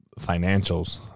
financials